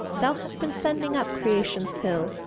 thou hast been sending up creation's hill,